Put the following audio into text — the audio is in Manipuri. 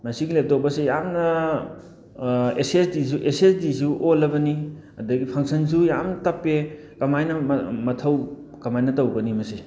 ꯃꯁꯤꯒꯤ ꯂꯦꯞꯇꯣꯞ ꯑꯁꯦ ꯌꯥꯝꯅ ꯑꯦꯁ ꯑꯦꯁ ꯗꯤꯁꯨ ꯑꯦꯁ ꯑꯦꯁ ꯗꯤꯁꯨ ꯑꯣꯜꯂꯕꯅꯤ ꯑꯗꯒꯤ ꯐꯪꯁꯟꯁꯨ ꯌꯥꯝ ꯇꯞꯄꯦ ꯀꯃꯥꯏꯅ ꯃꯊꯧ ꯀꯃꯥꯏꯅ ꯇꯧꯒꯅꯤ ꯃꯁꯤ